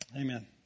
Amen